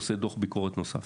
עושה דוח ביקורת נוסף.